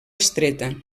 estreta